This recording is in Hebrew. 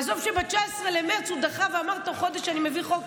עזוב שב-19 במרץ הוא דחה ואמר: תוך חודש אני מביא חוק,